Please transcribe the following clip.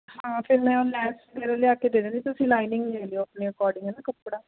ਹਾਂ ਫਿਰ ਮੈਂ ਉਹ ਲੈਸ ਫਿਰ ਲਿਆ ਕੇ ਦੇ ਦਾਂਗੀ ਤੁਸੀਂ ਲਾਈਨਿੰਗ ਲੈ ਲਿਓ ਆਪਣੇ ਅਕੋਡਿੰਗ ਹੈ ਨਾ ਕੱਪੜਾ